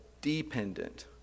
dependent